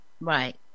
Right